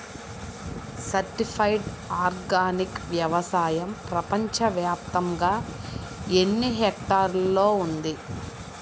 Certified organic వ్యవసాయం ప్రపంచ వ్యాప్తముగా ఎన్నిహెక్టర్లలో ఉంది?